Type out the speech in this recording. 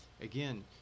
again